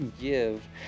give